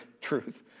truth